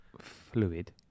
fluid